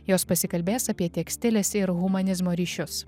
jos pasikalbės apie tekstilės ir humanizmo ryšius